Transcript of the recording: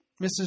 Mrs